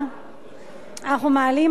אנחנו מעלים אותה היום,